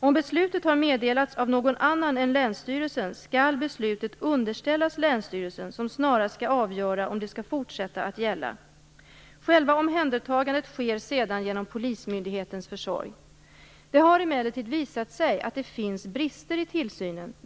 Om beslutet har meddelats av någon annan än länsstyrelsen, skall beslutet underställas länsstyrelsen, som snarast skall avgöra om det skall fortsätta att gälla. Själva omhändertagandet sker sedan genom polismyndighetens försorg. Det har emellertid visat sig att det finns brister i tillsynen.